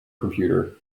computer